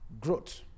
growth